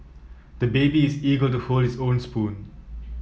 the baby is eager to hold his own spoon